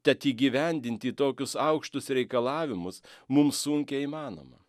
tad įgyvendinti tokius aukštus reikalavimus mums sunkiai įmanoma